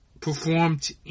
performed